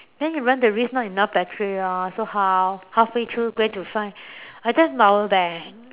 then you run the risk not enough battery orh so how halfway through where to find I don't have power bank